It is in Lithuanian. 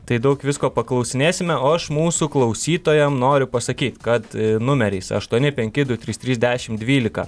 tai daug visko paklausinėsime o aš mūsų klausytojam noriu pasakyt kad numeriais aštuoni penki du trys trys dešim dvylika